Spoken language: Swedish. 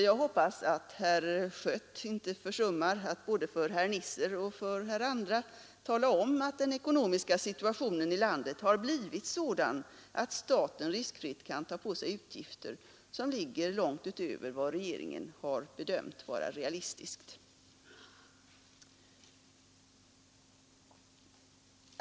Jag hoppas att herr Schött inte försummar att för både herr Nisser och andra tala om att den ekonomiska situationen i landet har blivit sådan att staten riskfritt kan ta på sig utgifter, som ligger långt utöver vad regeringen har bedömt vara realistiskt.